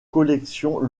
collections